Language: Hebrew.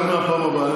רק מהפעם הבאה.